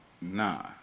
Nah